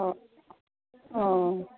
অঁ অঁ